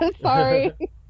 Sorry